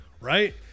Right